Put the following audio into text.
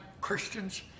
Christians